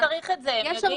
לא צריך את זה,